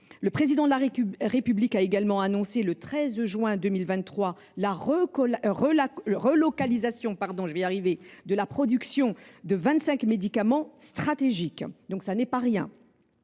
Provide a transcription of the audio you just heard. Le Président de la République a en outre annoncé le 13 juin 2023 la relocalisation de la production de vingt cinq médicaments stratégiques. Ce n’est pas rien.